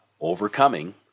Overcoming